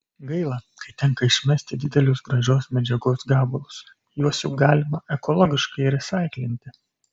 gaila kai tenka išmesti didelius gražios medžiagos gabalus juos juk galima ekologiškai resaiklinti